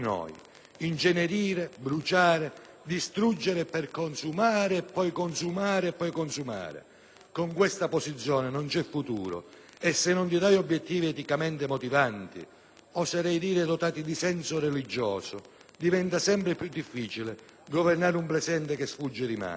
Incenerire, bruciare, distruggere per consumare e poi consumare e consumare. Con questa posizione non c'è futuro. E senza obiettivi eticamente motivanti, oserei dire dotati di senso religioso, diventa sempre più difficile governare un presente che sfugge di mano.